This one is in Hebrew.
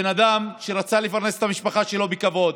בן אדם שרצה לפרנס את המשפחה שלו בכבוד,